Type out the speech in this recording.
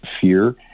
fear